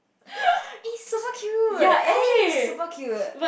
is super cute I is super cute